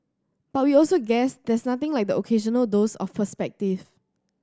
but we also guess there's nothing like the occasional dose of perspective